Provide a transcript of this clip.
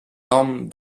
homme